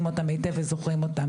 ושומרון שכולנו מכירים אותם וזוכרים אותם